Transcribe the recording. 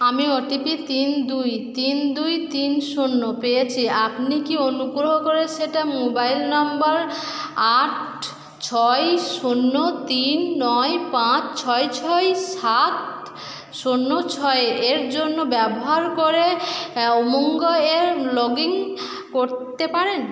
আমি O T P তিন দুই তিন দুই তিন শূন্য পেয়েছি আপনি কি অনুগ্রহ করে সেটা মোবাইল নাম্বার আট ছয় শূন্য তিন নয় পাঁচ ছয় ছয় সাত শূন্য ছয় এর জন্য ব্যবহার করে এ উমঙ্গ এ লগইন করতে পারেন